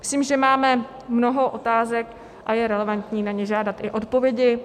Myslím, že máme mnoho otázek a je relevantní na ně žádat i odpovědi.